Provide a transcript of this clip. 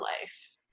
life